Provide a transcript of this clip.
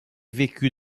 vécut